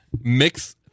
mix